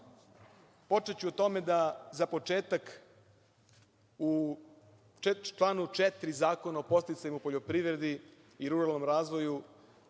počeću o tome da za početak u članu 4. Zakona o podsticajima u poljoprivredi i ruralnom razvoju